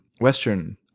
Western